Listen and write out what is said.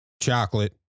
chocolate